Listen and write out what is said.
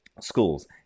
schools